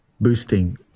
boosting